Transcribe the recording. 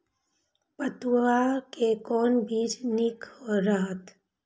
पटुआ के कोन बीज निक रहैत?